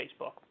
Facebook